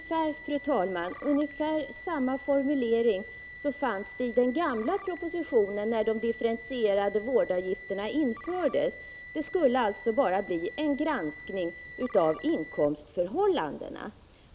Fru talman! Ungefär samma formulering fanns i den gamla propositionen när de differentierade vårdavgifterna infördes. Det skulle alltså bli en granskning av inkomstförhållandena.